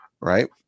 Right